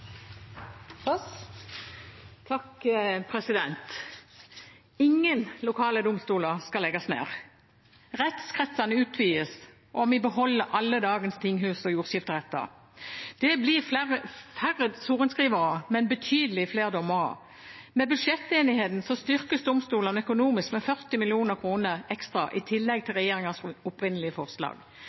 Ingen lokale domstoler skal legges ned. Rettskretsene utvides, og vi beholder alle dagens tinghus og jordskifteretter. Det blir færre sorenskrivere, men betydelig flere dommere. Med budsjettenigheten styrkes domstolene økonomisk med 40 mill. kr ekstra, i tillegg til regjeringens opprinnelige forslag.